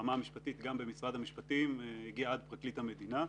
ברמה המשפטית גם במשרד המשפטים והגיע עד פרקליט המדינה.